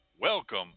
welcome